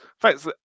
Thanks